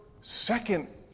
second